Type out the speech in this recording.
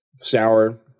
Sour